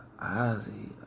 Ozzy